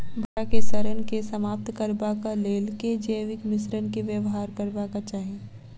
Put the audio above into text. भंटा केँ सड़न केँ समाप्त करबाक लेल केँ जैविक मिश्रण केँ व्यवहार करबाक चाहि?